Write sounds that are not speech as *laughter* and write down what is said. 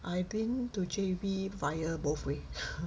I think to J_B via both way *laughs*